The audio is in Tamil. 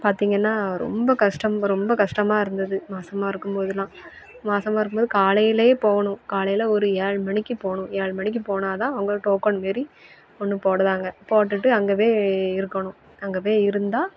பார்த்தீங்கன்னா ரொம்ப கஷ்டமாக ரொம்ப கஷ்டமாக இருந்தது மாசமாக இருக்கும்போதுல்லாம் மாசமாக இருக்கும்போது காலையிலயே போகணும் காலையில ஒரு ஏழ் மணிக்கு போகணும் ஏழ் மணிக்கு போனால்தான் அவங்க டோக்கன் மாரி ஒன்று போடுதாங்க போட்டுவிட்டு அங்கேவே இருக்கணும் அங்கே போய் இருந்தால்